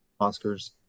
Oscars